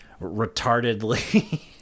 retardedly